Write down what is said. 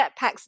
jetpacks